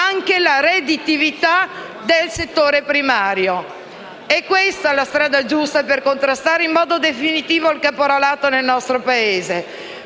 buono la redditività del settore primario. È questa la strada giusta per contrastare in modo definitivo il caporalato nel nostro Paese: